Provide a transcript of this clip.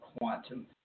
quantum